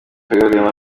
yagaragayemo